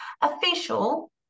official